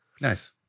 Nice